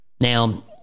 Now